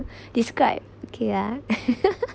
describe okay ah